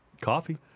Coffee